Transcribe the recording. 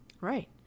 Right